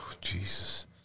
Jesus